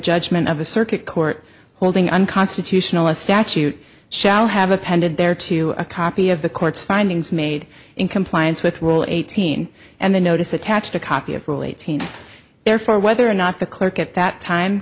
judgment of a circuit court holding unconstitutional a statute shall have appended there to a copy of the court's findings made in compliance with will eighteen and the notice attached a copy of rule eighteen therefore whether or not the clerk at that time